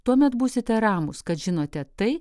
tuomet būsite ramūs kad žinote tai